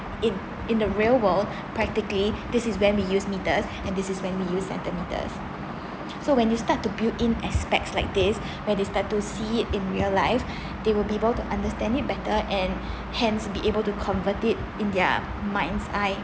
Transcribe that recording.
in in the real world practically this is when we use metres and this is when we use centimetres so when you start to build in aspect like this where they start to see it in real life they will be bow to understand it better and hence be able to convert it in their mind's eye